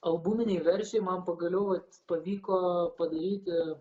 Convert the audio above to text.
albuminėj versijoj man pagaliau pavyko padaryti